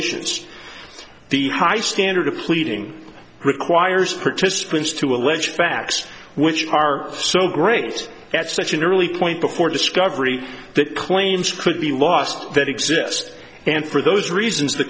violations the high standard of pleading requires participants to allege facts which are so great at such an early point before discovery that claims could be lost that exist and for those reasons the